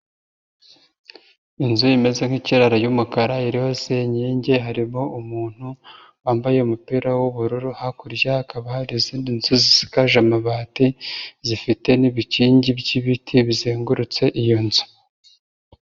Inzu imeze nk'ikiraro yumukara iriho senkenge harimo umuntu wambaye umupira w'ubururu, hakurya hakaba hari izindi nzu zisakaje amabati zifite n'ibikingi by'ibiti bizengurutse iyo nzu.